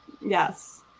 Yes